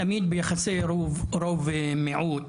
תמיד ביחסי רוב מיעוט,